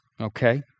Okay